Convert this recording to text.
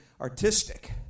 artistic